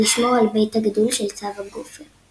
ולשמור על בית הגידול של צב הגופר.